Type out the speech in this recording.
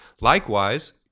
Likewise